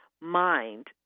mind